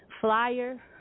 flyer